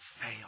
fail